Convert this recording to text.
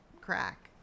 crack